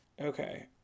Okay